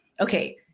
okay